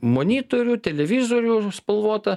monitorių televizorių spalvotą